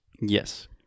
Yes